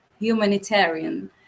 humanitarian